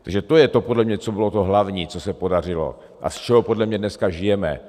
Takže to je podle mě to, co bylo to hlavní, co se podařilo a z čeho podle mě dneska žijeme.